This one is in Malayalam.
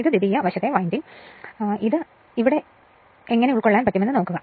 ഈ ദ്വിതീയ വശത്തിന്റെ വിൻഡിംഗ് ഈ ഇടം ഉൾക്കൊള്ളാൻ എങ്ങനെ കഴിയുമെന്ന് നോക്കുക